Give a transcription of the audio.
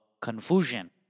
confusion